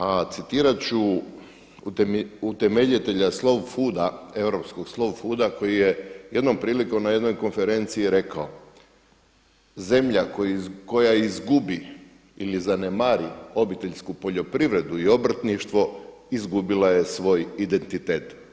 A citirati ću utemeljitelja Slow Fooda, europskog Slow Fooda koji je jednom prilikom na jednoj konferenciji rekao, zemlja koja izgubi ili zanemari obiteljsku poljoprivredu i obrtništvo izgubila je svoj identitet.